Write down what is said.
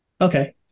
Okay